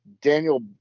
daniel